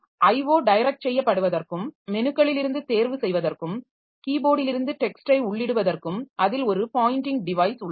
IO direct செய்யப்படுவதற்கும் மெனுக்களில் இருந்து தேர்வு செய்வதற்கும் கீபோர்டிலிருந்து டெக்ஸ்டை உள்ளிடுவதற்கும் அதில் ஒரு பாயின்டிங் டிவைஸ் உள்ளது